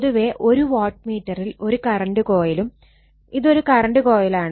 പൊതുവേ ഒരു വാട്ട് മീറ്ററിൽ ഒരു കറണ്ട് കോയിലും ഇതൊരു കറണ്ട് കൊയിലാണ്